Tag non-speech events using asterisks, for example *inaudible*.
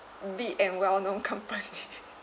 big and well-known companies *laughs*